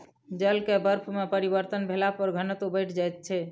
जल के बर्फ में परिवर्तन भेला पर घनत्व बैढ़ जाइत छै